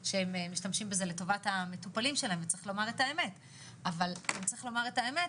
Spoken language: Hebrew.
שמשתמשים בזה לטובת המטופלים שלהם צריך לומר את האמת.